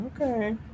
Okay